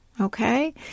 okay